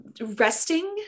resting